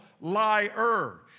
liar